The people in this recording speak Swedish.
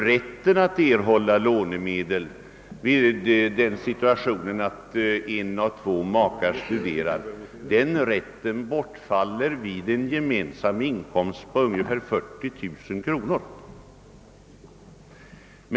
Rätten att erhålla lånemedel i den situationen, att den ena av två makar studerar och den andre har arbetsinkomst bortfaller i princip först vid en gemensam inkomst av ungefär 40 000 kronor.